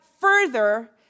further